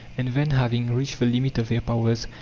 and then, having reached the limit of their powers,